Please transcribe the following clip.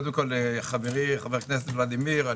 חברי חבר הכנסת ולדימיר,